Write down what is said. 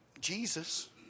Jesus